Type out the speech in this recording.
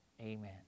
Amen